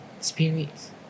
Spirits